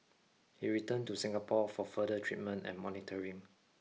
he returned to Singapore for further treatment and monitoring